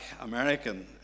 American